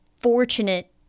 fortunate